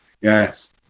Yes